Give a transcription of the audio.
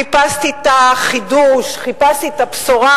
חיפשתי את החידוש, חיפשתי את הבשורה,